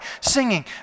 singing